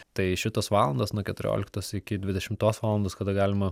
tai šitos valandos nuo keturioliktos iki dvidešimtos valandos kada galima